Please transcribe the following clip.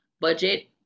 budget